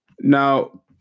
Now